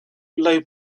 low